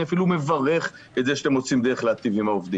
ואני אפילו מברך על כך שאתם מוצאים דרך להיטיב איתם.